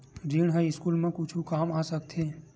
ऋण ह स्कूल मा कुछु काम आ सकत हे?